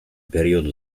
periodo